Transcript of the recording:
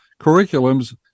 curriculums